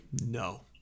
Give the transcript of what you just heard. no